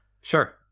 sure